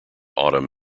autumn